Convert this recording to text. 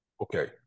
Okay